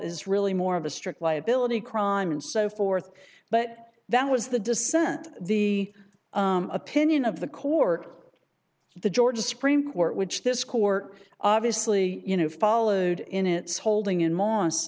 is really more of a strict liability crime and so forth but that was the dissent the opinion of the court the georgia supreme court which this court obviously you know followed in its holding in